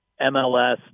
MLS